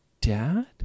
dad